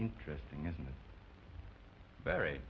interesting isn't it very